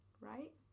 right